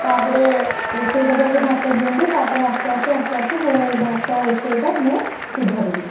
ତା'ପରେ ରୋଷେଇ କରିବାକୁ ଭାତ ଦିଅନ୍ତି ତା'ପରେ ଆସ୍ତେ ଆସ୍ତେ ଆସ୍ତେ ଆସ୍ତେ ମୋର ଏଇ ଭାତ ରୋଷେଇଟା ମୁଁ ସୁଧାରିଲି